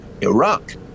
iraq